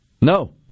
No